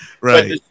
Right